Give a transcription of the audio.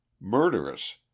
murderous